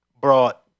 brought